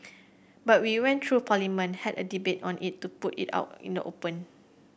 but we went through Parliament had a debate on it put it out in the open